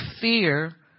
fear